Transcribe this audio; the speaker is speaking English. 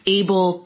able